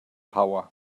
power